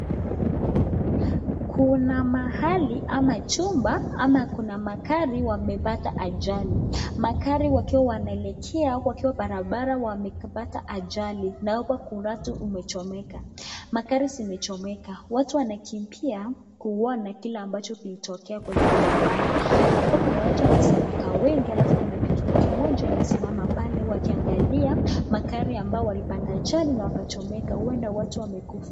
Kuna mahali ama chumba ama kuna magari wamepata ajali. Magari wakiwa wanaelekea wakiwa barabara wamepata ajali na huko kurato umechomeka. Magari zimechomeka. Watu wanakimbia kuona kile ambacho kilitokea kwenye barabara. Hapo kuna watu wamesanyika wengi alafu kuna pikipiki moja imesimama pale wakiangalia magari ambao walipata ajali na wakachomeka. Huenda watu wamekufa.